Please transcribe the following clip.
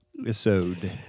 episode